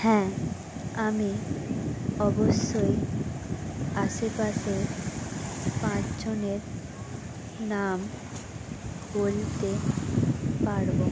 হ্যাঁ আমি অবশ্যই আশেপাশের পাঁচজনের নাম বলতে পারব